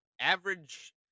average